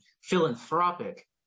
philanthropic